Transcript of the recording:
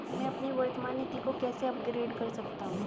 मैं अपनी वर्तमान नीति को कैसे अपग्रेड कर सकता हूँ?